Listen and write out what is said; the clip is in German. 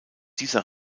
dieser